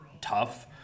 tough